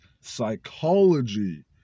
psychology